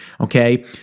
Okay